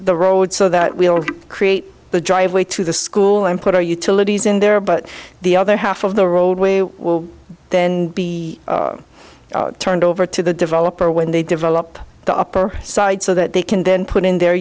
the roads so that we all create the driveway to the school and put our utilities in there but the other half of the roadway will then be turned over to the developer when they develop the upper side so that they can then put in their